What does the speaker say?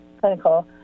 clinical